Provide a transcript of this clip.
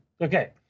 okay